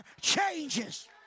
changes